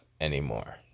anymore